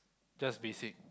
just basic